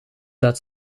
dat